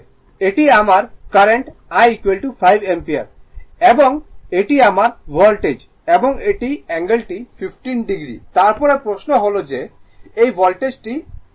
এটি আমার current I 5 ampere এবং এটি আমার ভোল্টেজ এবং এই অ্যাঙ্গেলটি 15o তারপরে প্রশ্নটি হল এই ভোল্টেজটি কারেন্ট